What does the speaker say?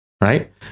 right